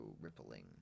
rippling